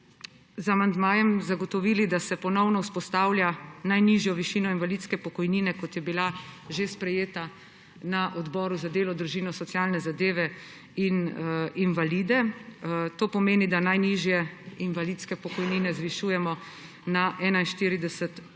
amandmajem zagotovili, da se ponovno vzpostavlja najnižjo višino invalidske pokojnine, kot je bila že sprejeta na Odboru za delo, družino, socialne zadeve in invalide. To pomeni, da najnižje invalidske pokojnine zvišujemo na 41